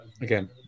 Again